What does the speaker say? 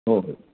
हो हो